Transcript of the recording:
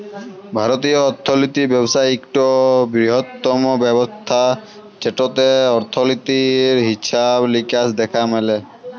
ভারতীয় অথ্থলিতি ব্যবস্থা ইকট বিরহত্তম ব্যবস্থা যেটতে অথ্থলিতির হিছাব লিকাস দ্যাখা ম্যালে